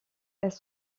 elles